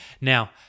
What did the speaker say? Now